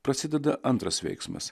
prasideda antras veiksmas